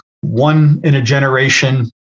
one-in-a-generation